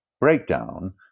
breakdown